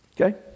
Okay